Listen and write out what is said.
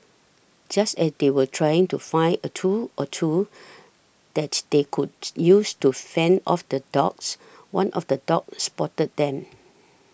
just as they were trying to find a tool or two that they could use to fend off the dogs one of the dogs spotted them